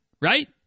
Right